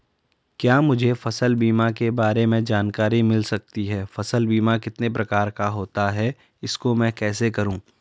क्या मुझे फसल बीमा के बारे में जानकारी मिल सकती है फसल बीमा कितने प्रकार का होता है इसको मैं कैसे करूँ?